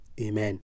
Amen